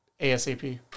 ASAP